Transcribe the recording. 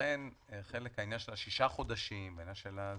ולכן העניין של השישה חודשים בא משם.